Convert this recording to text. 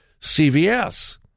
CVS